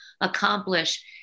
accomplish